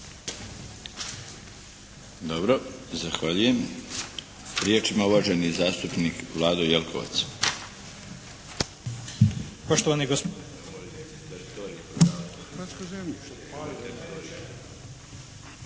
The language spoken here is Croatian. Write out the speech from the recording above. Dobro. Zahvaljujem. Riječ ima uvaženi zastupnik Vlado Jelkovac.